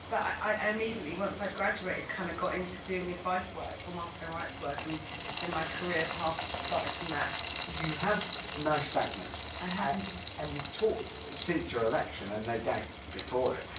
but i immediately, once i'd graduated, kind of got into doing advice work and welfare rights work and so my career path started from there you have nystagmus, i have indeed and you've talked, since your election, and no doubt before it,